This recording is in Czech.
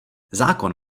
zákon